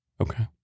Okay